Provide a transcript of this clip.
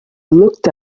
looked